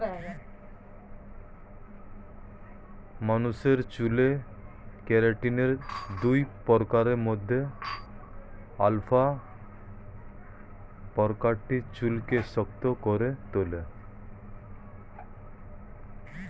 মানুষের চুলে কেরাটিনের দুই প্রকারের মধ্যে আলফা প্রকারটি চুলকে শক্ত করে তোলে